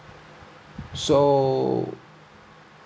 so